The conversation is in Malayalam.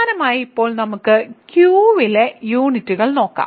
സമാനമായി ഇപ്പോൾ നമുക്ക് Q ലെ യൂണിറ്റുകൾ നോക്കാം